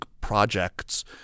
projects